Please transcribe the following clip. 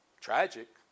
tragic